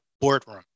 Boardroom